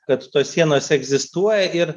kad tos sienos egzistuoja ir